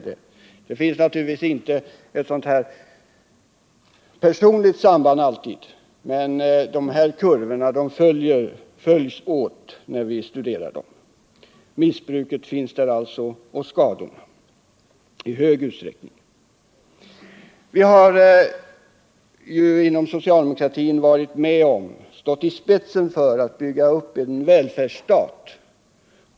Det finns naturligtvis inte alltid ett personligt samband, men de här kurvorna för alkoholbruket och skadorna följs åt. Inom socialdemokratin har vi gått i spetsen när det gällt att bygga upp en välfärdsstat.